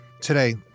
today